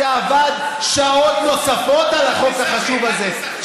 שעבד שעות נוספות על החוק החשוב הזה,